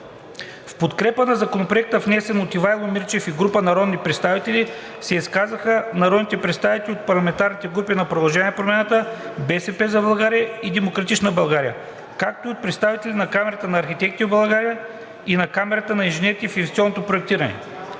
В подкрепа на Законопроекта, внесен от Ивайло Мирчев и група народни представители, се изказаха народни представители от парламентарните групи на „Продължаваме Промяната“, „БСП за България“ и „Демократична България“, както и от представителите на Камарата на архитектите в България и на Камарата на инженерите в инвестиционното проектиране.